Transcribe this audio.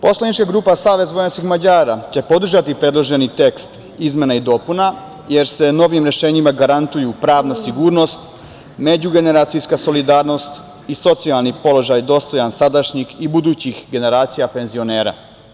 Poslanička grupa SVM će podržati predloženi tekst izmena i dopuna, jer se novim rešenjima garantuju pravna sigurnost, međugeneracijska solidarnost i socijalni položaj, dostojan sadašnjih i budućih generacija penzionera.